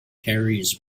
carries